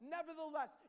Nevertheless